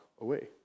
away